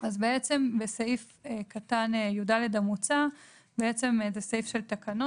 סעיף (יד) המוצע זה סעיף של תקנות,